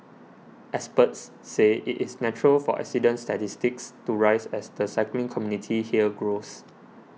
experts say it is natural for accident statistics to rise as the cycling community here grows